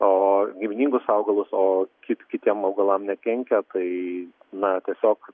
o giminingus augalus o kit kitiem augalam nekenkia tai na tiesiog